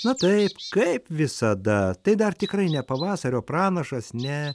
na taip kaip visada tai dar tikrai ne pavasario pranašas ne